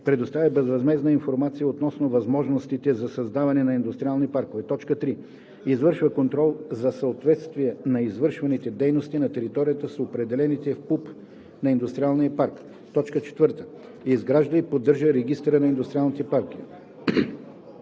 предоставя безвъзмездно информация относно възможностите за създаване на индустриални паркове; 3. извършва контрол за съответствие на извършваните дейности на територията с определените в ПУП на ИП; 4. изгражда и поддържа Регистъра на индустриалните паркове;